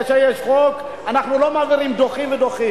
כאשר יש חוק: אנחנו לא מעבירים אלא דוחים ודוחים.